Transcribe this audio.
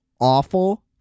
awful